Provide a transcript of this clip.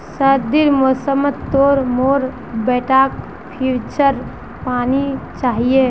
सर्दीर मौसम तो मोर बेटाक फ्रिजेर पानी चाहिए